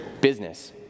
business